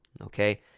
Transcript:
okay